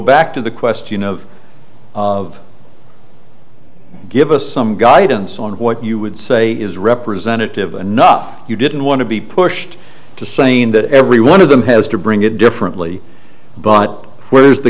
back to the question of of give us some guidance on what you would say is representative anough you didn't want to be pushed to saying that every one of them has to bring it differently but where is the